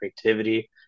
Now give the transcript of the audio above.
creativity